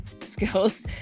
skills